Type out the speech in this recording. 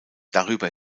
darüber